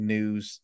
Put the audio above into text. News